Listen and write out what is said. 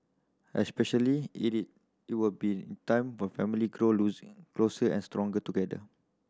especially it is it will be time when family grow closer and stronger together